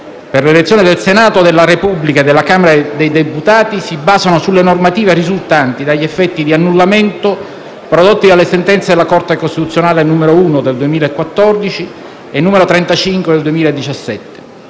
per l'elezione del Senato della Repubblica e della Camera dei deputati si basano sulle normative risultanti dagli effetti di annullamento prodotti dalle sentenze della Corte costituzionale n. 1 del 2014 e n. 35 del 2017.